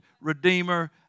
Redeemer